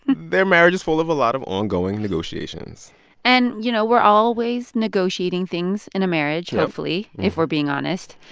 their marriage is full of a lot of ongoing negotiations and you know, we're always negotiating things in a marriage. yeah. hopefully, if we're being honest.